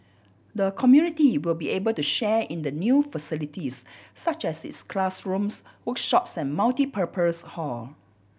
the community will be able to share in the new facilities such as its classrooms workshops and multipurpose hall